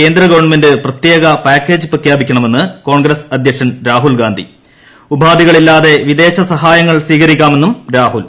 കേന്ദ്രഗവൺമെന്റ് പ്രത്യേക പാക്കേജ് പ്രഖ്യാപിക്കണമെന്ന് കോൺഗ്രസ് അധ്യക്ഷൻ രാഹുൽഗാന്ധി ഉപാധികളില്ലാത്ത വിദേശസഹായങ്ങൾ സ്വീകരിക്കാമെന്നും രാഹുൽ